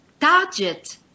target